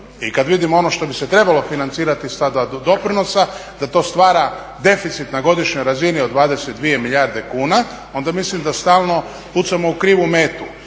i kad vidimo ono što bi se trebalo financirati sa doprinosa da to stvara deficit na godišnjoj razini od 22 milijarde kuna, onda mislim da stalno pucamo u krivu metu.